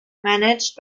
managed